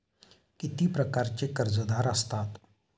किती प्रकारचे कर्जदार असतात